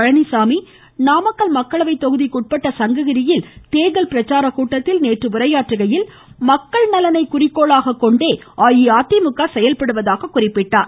பழனிசாமி நாமக்கல் மக்களவை தொகுதிக்கு உட்பட்ட சங்ககிரியில் தேர்தல் பிரச்சார கூட்டத்தில் உரையாற்றுகையில் மக்கள் நலனை குறிக்கோளாக கொண்டே அஇஅதிமுக செயல்படுவதாக குறிப்பிட்டார்